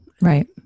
Right